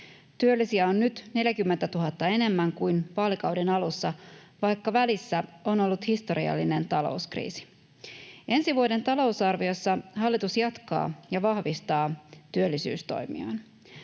Työllisiä on nyt 40 000 enemmän kuin vaalikauden alussa, vaikka välissä on ollut historiallinen talouskriisi. Ensi vuoden talousarviossa hallitus jatkaa ja vahvistaa työllisyystoimiaan.